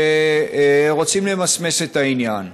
שרוצים למסמס את העניין.